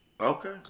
Okay